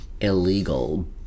illegal